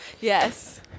Yes